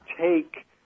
take